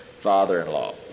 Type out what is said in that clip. father-in-law